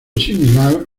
similar